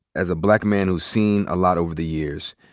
as a black man who's seen a lot over the years.